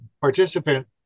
participant